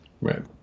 Right